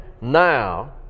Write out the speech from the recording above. now